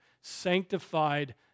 sanctified